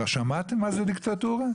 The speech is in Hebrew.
שמעתם מה זו דיקטטורה?